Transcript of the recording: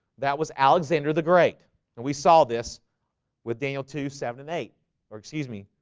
that was alexander the great and we saw this with daniel two seven and eight or excuse me.